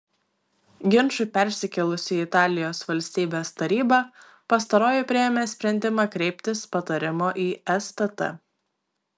ginčui persikėlus į italijos valstybės tarybą pastaroji priėmė sprendimą kreiptis patarimo į estt